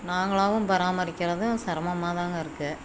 நாங்களாகவும் பராமரிக்கிறது சிரமமாக தான்ங்க இருக்குது